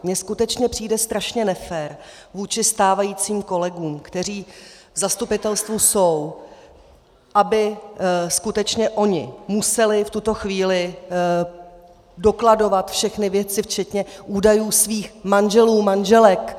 Mně skutečně přijde strašně nefér vůči stávajícím kolegům, kteří v zastupitelstvu jsou, aby skutečně oni museli v tuto chvíli dokladovat všechny věci, včetně údajů svých manželů, manželek.